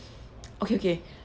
okay okay